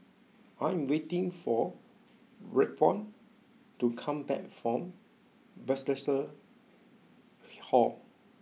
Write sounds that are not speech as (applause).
I am waiting for Raekwon to come back from Bethesda (noise) Hall